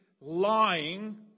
lying